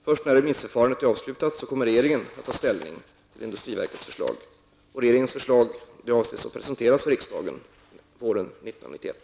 Först när remissförfarandet är avslutat kommer regeringen att ta ställning till industriverkets förslag. Regeringens förslag avses att presenteras för riksdagen våren 1991.